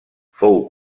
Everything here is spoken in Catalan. fou